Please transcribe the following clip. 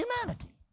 Humanity